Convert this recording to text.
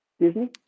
Disney